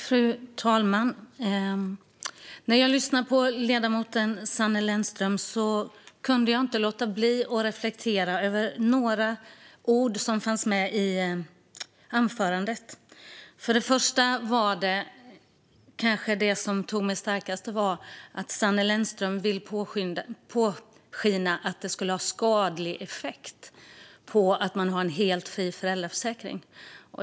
Fru talman! När jag lyssnade på ledamoten Sanne Lennström kunde jag inte låta bli att reflektera över några ord som fanns med i anförandet. Det som jag reagerade starkast på var att Sanne Lennström ville påskina att en helt fri föräldraförsäkring skulle ha en skadlig effekt.